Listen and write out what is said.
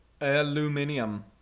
aluminium